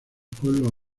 pueblos